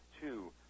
two